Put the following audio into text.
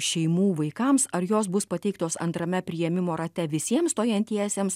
šeimų vaikams ar jos bus pateiktos antrame priėmimo rate visiems stojantiesiems